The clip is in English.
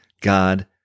God